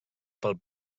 pel